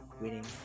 winning